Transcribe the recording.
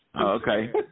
Okay